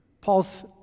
Paul's